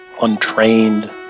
untrained